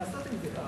גם לעשות עם זה,